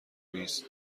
نیست